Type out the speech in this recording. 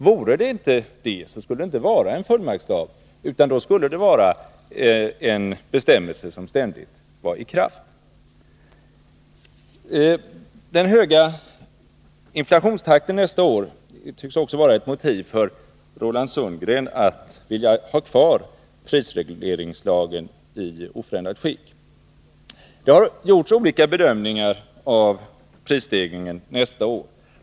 Vore det inte så, skulle det inte vara en fullmaktslag, utan då skulle det vara en bestämmelse som ständigt var i kraft. Den höga inflationstakten nästa år tycks också vara ett motiv för Roland Sundgren att vilja ha kvar prisregleringslagen i oförändrat skick. Det har gjorts olika bedömningar av prisstegringen nästa år.